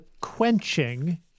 quenching